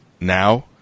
now